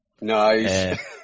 nice